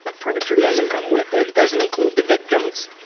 ah furniture doesn't come with it. it doesn't include the victims.